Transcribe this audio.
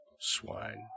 Swine